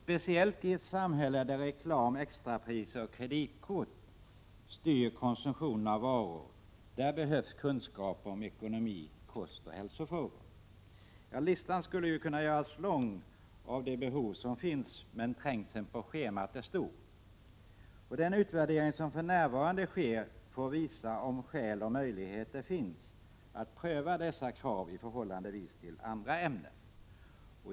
Speciellt i ett samhälle där reklam, extrapriser och kreditkort styr konsumtionen av varor behövs kunskaper om ekonomi, kost och hälsofrågor. Listan över de behov som finns skulle kunna göras lång, men trängseln på schemat är stor, och den utvärdering som för närvarande görs får visa om skäl och möjligheter finns att pröva dessa behov i förhållande till önskemål vad gäller andra ämnen.